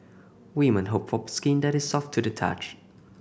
women hope for skin that is soft to the touch